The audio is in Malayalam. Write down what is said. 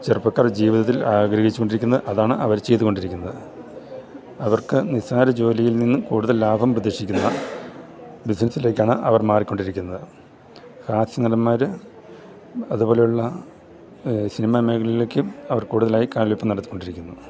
ചെറുപ്പക്കാർ ജീവിതത്തിൽ ആഗ്രഹിച്ചു കൊണ്ടിരിക്കുന്നു അതാണ് അവർ ചെയ്തു കൊണ്ടിരിക്കുന്നത് അവർക്ക് നിസ്സാര ജോലിയിൽ നിന്നും കൂടുതൽ ലാഭം പ്രതീക്ഷിക്കുന്ന ബിസിനസ്സിലേക്കാണ് അവർ മാറിക്കൊണ്ടിരിക്കുന്നത് കാശ് നടന്മാർ അതുപോലെയുള്ള സിനിമ മേഖലളിലേക്കും അവർ കൂടുതലായി കാല്വെപ്പു നടത്തിക്കൊണ്ടിരിക്കുന്നു